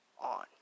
On